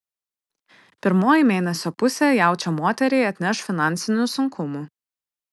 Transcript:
pirmoji mėnesio pusė jaučio moteriai atneš finansinių sunkumų